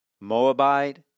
Moabite